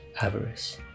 avarice